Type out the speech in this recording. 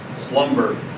Slumber